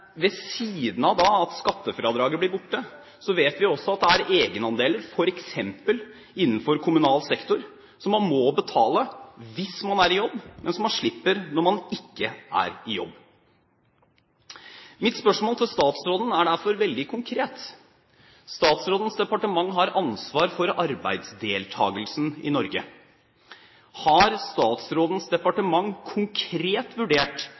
ved siden av at skattefradraget blir borte, vet vi også at det er egenandeler, f.eks. innenfor kommunal sektor, som man må betale hvis man er i jobb, men som man slipper når man ikke er i jobb. Mitt spørsmål til statsråden er derfor veldig konkret. Statsrådens departement har ansvar for arbeidsdeltakelsen i Norge. Har statsrådens departement konkret vurdert